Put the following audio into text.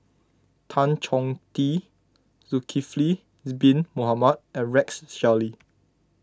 Tan Choh Tee Zulkifli Bin Mohamed and Rex Shelley